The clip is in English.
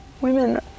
Women